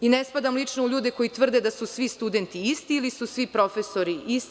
Ne spadam lično u ljude koji tvrde da su svi studenti isti ili da su svi profesori isti.